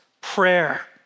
prayer